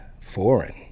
foreign